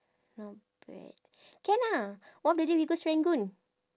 not bad can ah one of the day we go serangoon